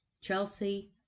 Chelsea